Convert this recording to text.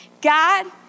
God